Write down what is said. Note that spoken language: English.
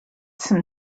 some